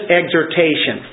exhortation